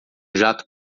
jato